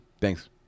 Thanks